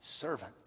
servant